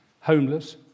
homeless